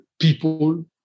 people